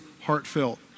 heartfelt